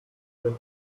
than